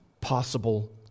possible